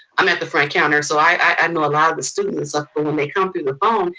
i'm at the front counter, so i know a lot of the students. like but when they come through the phone,